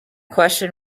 question